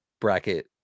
bracket